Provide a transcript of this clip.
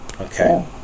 Okay